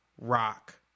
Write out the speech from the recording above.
Rock